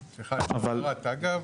אבל --- סליחה, אגב-